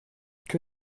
que